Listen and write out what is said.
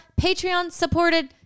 Patreon-supported